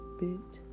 bit